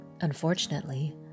Unfortunately